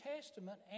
Testament